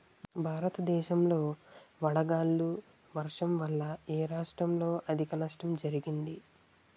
భారతదేశం లో వడగళ్ల వర్షం వల్ల ఎ రాష్ట్రంలో అధిక నష్టం జరిగింది?